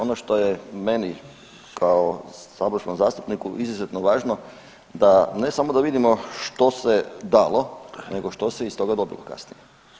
Ono što je meni kao saborskom zastupniku izuzetno važno da ne samo da vidimo što se dalo nego što se iz toga dobilo kasnije.